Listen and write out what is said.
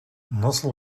nasıl